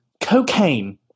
cocaine